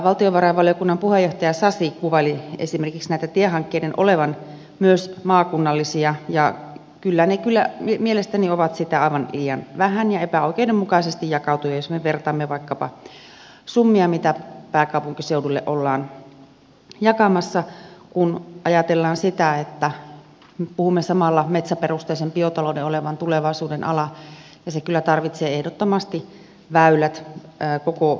valtiovarainvaliokunnan puheenjohtaja sasi kuvaili esimerkiksi näiden tiehankkeiden olevan myös maakunnallisia ja ne kyllä mielestäni ovat sitä aivan liian vähän ja epäoikeudenmukaisesti jakautuvia jos me ajattelemme vaikkapa summia joita pääkaupunkiseudulle ollaan jakamassa ja sitä että puhumme samalla metsäperusteisen biotalouden olevan tulevaisuuden ala ja se kyllä tarvitsee ehdottomasti väylät koko suomeen